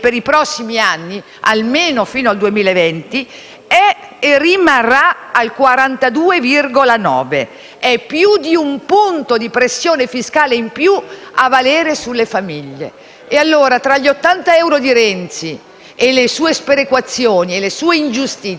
e rimarrà al 42,9. È più di un punto di pressione fiscale in più a valere sulle famiglie. E, allora, gli 80 euro di Renzi, le sue sperequazioni e le sue ingiustizie, e gli 80 euro di questo*bonus* bebè